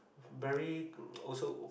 very also